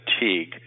fatigue